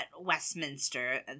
Westminster